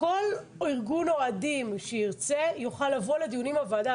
כל ארגון אוהדים שירצה, יוכל לבוא לדיונים בוועדה.